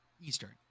Eastern